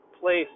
place